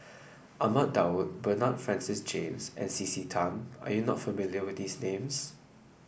Ahmad Daud Bernard Francis James and C C Tan are you not familiar with these names